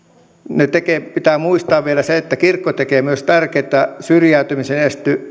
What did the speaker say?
ne tekevät yhteiskunnalle pitää muistaa vielä se että kirkko tekee myös tärkeätä syrjäytymisen